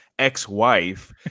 ex-wife